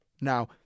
Now